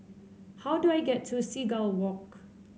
how do I get to Seagull Walk